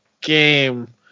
game